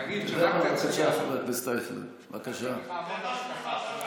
היושב-ראש נותן עוד דקה, בבקשה, חבר הכנסת אייכלר.